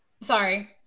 Sorry